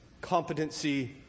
competency